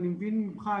אני מבין ממך,